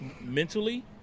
mentally